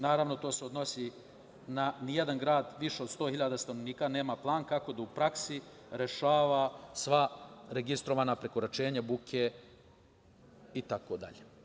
Naravno, to se odnosi na to da nijedan grad više od 100.000 stanovnika nema plan kako da u praksi rešava sva registrovana prekoračenja buke itd.